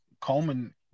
Coleman